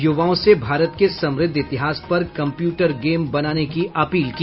युवाओं से भारत के समृद्ध इतिहास पर कम्प्यूटर गेम बनाने की अपील की